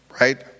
right